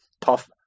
tough